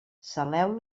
saleu